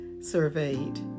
surveyed